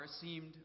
seemed